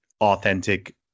authentic